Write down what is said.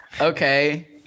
okay